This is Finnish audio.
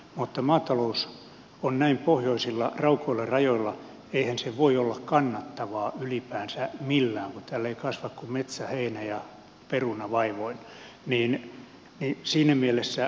mutta kun maatalous on näin pohjoisilla raukoilla rajoilla niin eihän se voi olla kannattavaa ylipäänsä millään kun täällä ei kasva kuin metsäheinä ja peruna vaivoin